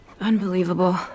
Unbelievable